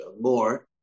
more